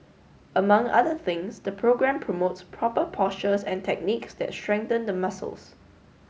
among other things the programme promotes proper postures and techniques that strengthen the muscles